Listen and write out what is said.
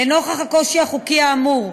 לנוכח הקושי החוקי האמור,